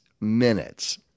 minutes